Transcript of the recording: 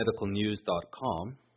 medicalnews.com